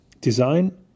design